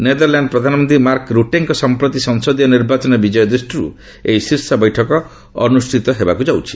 Netherland ପ୍ରଧାନମନ୍ତ୍ରୀ Mark ରୁଟେଙ୍କ ସମ୍ପ୍ରତି ସଂସଦୀୟ ନିର୍ବାଚନରେ ବିଜୟ ଦୃଷ୍ଟିର୍ ଏହି ଶୀର୍ଷ ବୈଠକ ଅନ୍ଦ୍ରଷ୍ଠିତ ହେବାକୁ ଯାଉଛି